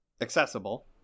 accessible